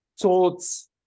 thoughts